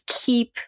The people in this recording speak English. keep